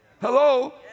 hello